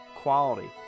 quality